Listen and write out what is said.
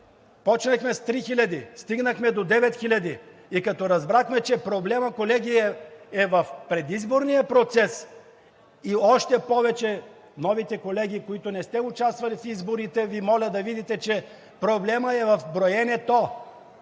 почнахме с три хиляди, стигнахме до девет хиляди, и като разбрахме, че проблемът, колеги, е в предизборния процес и още повече новите колеги, които не сте участвали в изборите, Ви моля да видите, че проблемът е в броенето!